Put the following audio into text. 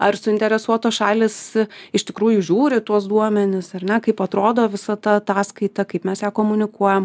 ar suinteresuotos šalys iš tikrųjų žiūri tuos duomenis ar ne kaip atrodo visa ta ataskaita kaip mes ją komunikuojam